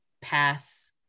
pass